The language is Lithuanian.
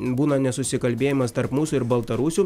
būna nesusikalbėjimas tarp mūsų ir baltarusių